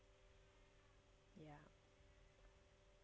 ya